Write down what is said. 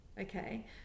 okay